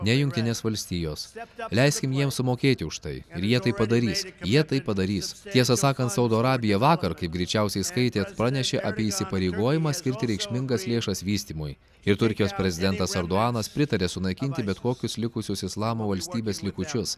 ne jungtinės valstijos leiskim jiems sumokėti už tai ir jie tai padarys jie tai padarys tiesą sakant saudo arabija vakar kaip greičiausiai skaitėt pranešė apie įsipareigojimą skirti reikšmingas lėšas vystymui ir turkijos prezidentas erdoganas pritarė sunaikinti bet kokius likusius islamo valstybės likučius